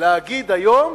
להגיד היום,